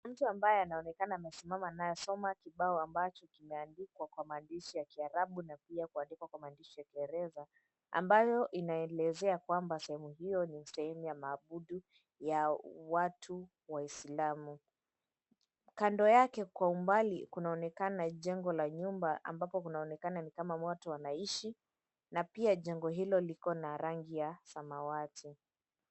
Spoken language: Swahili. Mtu ambaye anaonekana amesimama anayesoma kibao ambacho kimeandikwa kwa maandishi ya kiarabu na pia kuandikwa kwa maandishi ya kiingereza ambayo inaelezea kwamba sehemu hio ni sehemu ya maabudu ya watu waisilamu. Kando yake kwa umbali kunaonekana jengo la nyumba ambapo kunaonekana ni kama watu wanaishi na pia jengo hilo liko na rangi ya samawati.